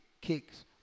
kicks